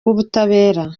w’ubutabera